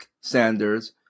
Sanders